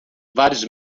vários